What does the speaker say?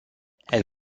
elle